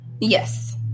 Yes